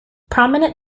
prominent